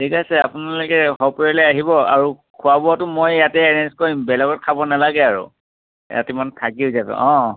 ঠিক আছে আপোনালোকে সপৰিয়ালে আহিব আৰু খোৱা বোৱাটো মই ইয়াতে এৰেঞ্জ কৰিম বেলেগত খাব নালাগে আৰু ইয়াত ইমান থাকিয়েই যাব অঁ